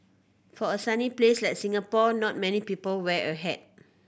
for a sunny place like Singapore not many people wear a hat